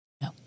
no